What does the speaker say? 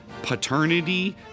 Paternity